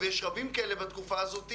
ויש רבים כאלה בתקופה הזו,